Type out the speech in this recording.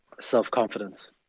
self-confidence